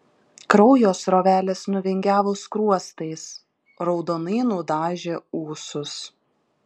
kraujo srovelės nuvingiavo skruostais raudonai nudažė ūsus